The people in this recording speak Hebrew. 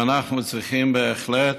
ואנחנו צריכים בהחלט